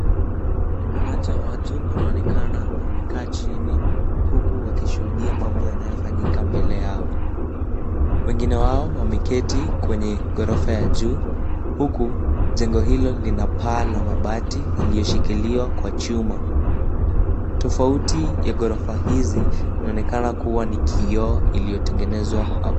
Umati wa watu unaonekana wamekaa chini, huku wakishuhudia mambo yanayofanyika mbele yao. Wengine wao wameketi kwenye ghorofa ya juu huku jengo hilo lina paa la mabati iliyoshikiliwa kwa chuma. Tofauti ya ghorofa hizi inaonekana kuwa ni kioo iliyotengenezwa hapo.